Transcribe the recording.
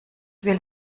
will